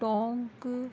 Tonk